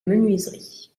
menuiserie